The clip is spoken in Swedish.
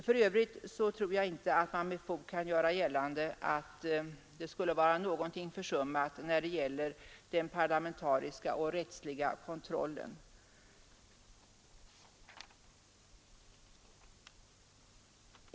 För övrigt tror jag inte att man med fog kan göra gällande att någonting skulle vara försummat när det gäller den parlamentariska och rättsliga kontrollen.